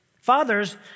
Fathers